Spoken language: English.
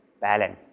balance